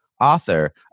author